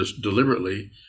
deliberately